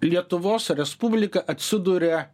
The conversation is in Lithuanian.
lietuvos respublika atsiduria